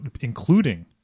including